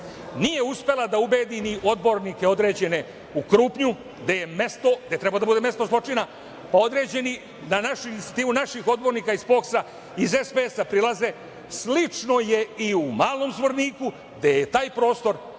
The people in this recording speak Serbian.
nije uspela da ubedi ni odbornike određene u Krupnju, gde treba da bude mesto zločina, određeni na našu inicijativu, naših odbornika iz POKS-a, iz SPS-a prilaze, slično je i u Malom Zvorniku, gde je taj prostor,